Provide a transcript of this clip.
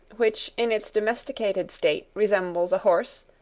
which in its domesticated state resembles a horse,